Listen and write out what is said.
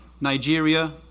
Nigeria